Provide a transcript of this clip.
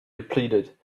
depleted